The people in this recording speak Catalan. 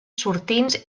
sortints